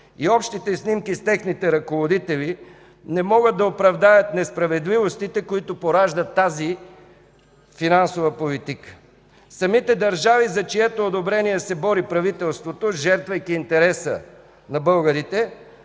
и общите снимки с техните ръководители не могат да оправдаят несправедливостите, които поражда тази финансова политика. Самите държави, за чието одобрение се бори правителството, жертвайки интереса на българите,